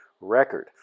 record